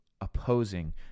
opposing